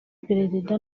perezida